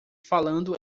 falando